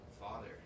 father